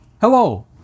Hello